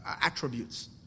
attributes